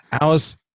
Alice